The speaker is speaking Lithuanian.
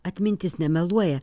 atmintis nemeluoja